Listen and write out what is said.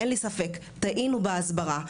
אין לי ספק טעינו בהסברה,